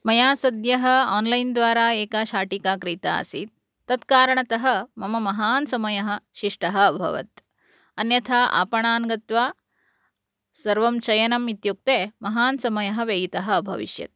मया सद्यः आन्लैन् द्वारा एका शाटिका क्रीता आसीत् तत् कारणतः मम महान् समयः शिष्टः अभवत् अन्यथा आपणान् गत्वा सर्वं चयनम् इत्युक्ते महान् समयः व्ययितः अभविष्यत्